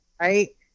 Right